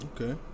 Okay